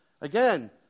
again